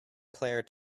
player